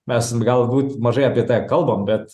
mes galbūt mažai apie tai kalbam bet